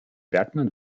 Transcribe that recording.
bergmann